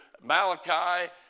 Malachi